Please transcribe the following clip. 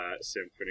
symphony